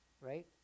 right